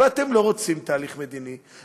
ואתם לא רוצים תהליך מדיני,